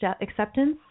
acceptance